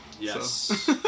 Yes